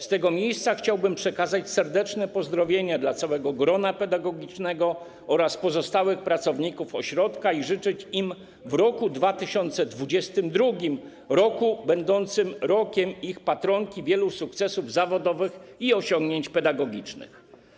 Z tego miejsca chciałbym przekazać serdeczne pozdrowienia dla całego grona pedagogicznego oraz pozostałych pracowników ośrodka i życzyć im w roku 2022, roku będącym rokiem ich patronki, wielu sukcesów zawodowych i osiągnięć pedagogicznych.